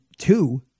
Two